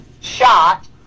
shot